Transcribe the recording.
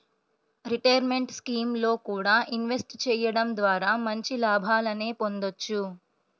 retirement స్కీముల్లో కూడా invest చెయ్యడం ద్వారా మంచి లాభాలనే పొందొచ్చు